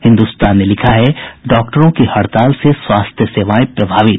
हिन्दुस्तान ने लिखा है डॉक्टरों की हड़ताल से स्वास्थ्य सेवायें प्रभावित